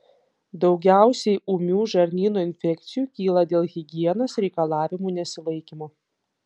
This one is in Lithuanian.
daugiausiai ūmių žarnyno infekcijų kyla dėl higienos reikalavimų nesilaikymo